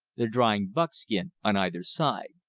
the drying buckskin on either side.